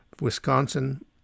Wisconsin